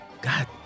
God